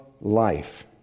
life